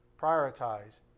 prioritize